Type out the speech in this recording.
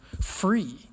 free